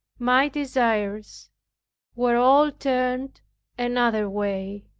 my desires were all turned another way,